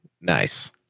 Nice